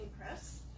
press